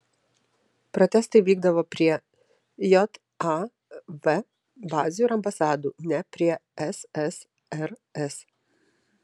protestai vykdavo prie jav bazių ir ambasadų ne prie ssrs